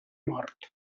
mort